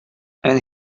and